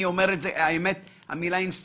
המילה "אינסטינקט"